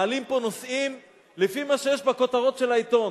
מעלים פה נושאים לפי מה שיש בכותרות של העיתון,